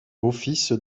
office